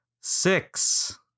six